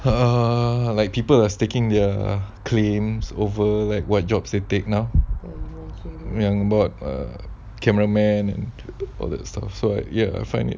err like people are sticking their claims over like what jobs they take now yang buat err cameraman and all that stuff so ya I find it